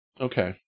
okay